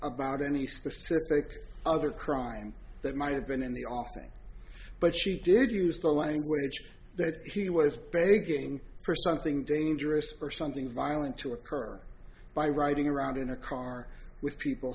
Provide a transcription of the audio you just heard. about any specific other crime that might have been in the offing but she did use the language that he was begging for something dangerous or something violent to occur by riding around in a car with people